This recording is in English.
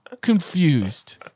confused